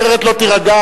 אחרת לא תירגע.